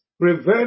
prevent